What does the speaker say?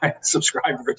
subscribers